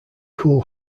cool